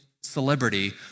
celebrity